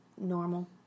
normal